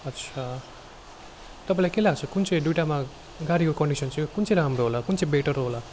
अच्छा तपाईँलाई के लाग्छ कुन चाहिँ दुईवटामा गाडीको कन्डिसन चाहिँ कुन चाहिँ राम्रो होला कुन चाहिँ बेटर होला